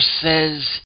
says